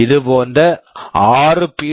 இதுபோன்ற ஆறு பி